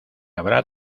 habrá